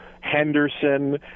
Henderson